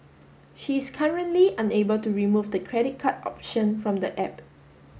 she is currently unable to remove the credit card option from the app